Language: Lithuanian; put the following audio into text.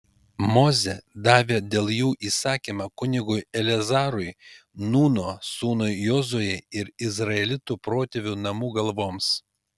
mozė davė dėl jų įsakymą kunigui eleazarui nūno sūnui jozuei ir izraelitų protėvių namų galvoms